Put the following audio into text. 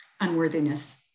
Unworthiness